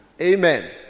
Amen